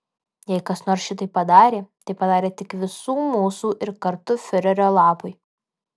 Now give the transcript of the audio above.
jei kas nors šitai padarė tai padarė tik visų mūsų ir kartu fiurerio labui